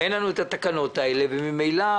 את התקנות האלה וממילא